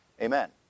Amen